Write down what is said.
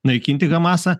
naikinti hamasą